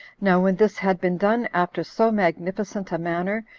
now when this had been done after so magnificent a manner,